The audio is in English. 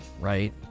right